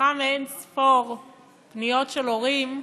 שצמחה מאין-ספור פניות של הורים,